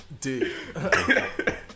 dude